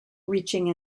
reaching